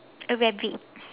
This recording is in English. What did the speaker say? a rabbit